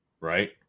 Right